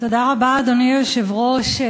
תודה רבה, אדוני היושב-ראש.